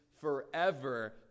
forever